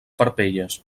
parpelles